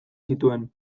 zituen